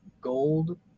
gold